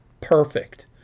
perfect